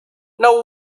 now